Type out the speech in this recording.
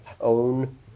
own